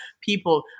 people